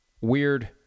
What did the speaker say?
weird